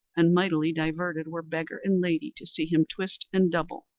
and mightily diverted were beggar and lady to see him twist and double.